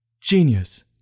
Genius